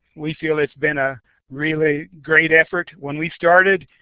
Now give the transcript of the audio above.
we feel it's been a really great effort. when we started